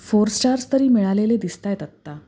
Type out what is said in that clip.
four stars तरी मिळालेले दिसत आहेत आत्ता